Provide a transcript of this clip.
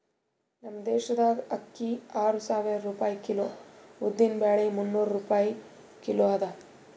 ನಮ್ ದೇಶದಾಗ್ ಅಕ್ಕಿ ಆರು ಸಾವಿರ ರೂಪಾಯಿ ಕಿಲೋ, ಉದ್ದಿನ ಬ್ಯಾಳಿ ಮುನ್ನೂರ್ ರೂಪಾಯಿ ಕಿಲೋ ಅದಾ